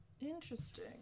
Interesting